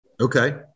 Okay